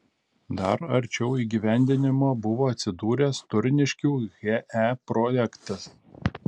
dar arčiau įgyvendinimo buvo atsidūręs turniškių he projektas